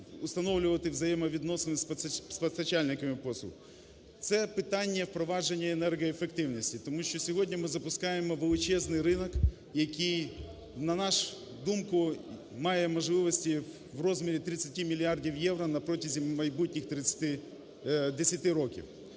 установлювати взаємовідносини з постачальниками послуг. Це питання впровадження енергоефективності, тому що сьогодні ми запускаємо величезний ринок, який, на нашу думку, має можливості в розмірі 30 мільярдів євро на протязі майбутніх 30… 10 років.